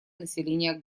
населения